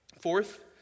Fourth